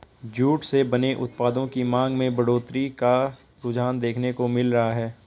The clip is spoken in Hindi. जूट से बने उत्पादों की मांग में बढ़ोत्तरी का रुझान देखने को मिल रहा है